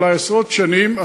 אולי עשרות שנים,